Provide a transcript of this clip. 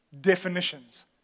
definitions